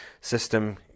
system